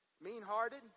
Mean-hearted